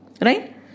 right